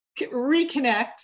reconnect